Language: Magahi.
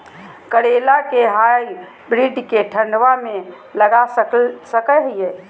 करेला के हाइब्रिड के ठंडवा मे लगा सकय हैय?